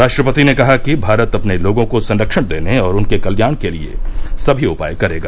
राष्ट्रपति ने कहा कि भारत अपने लोगों को संरक्षण देने और उनके कल्याण के लिए सभी उपाय करेगा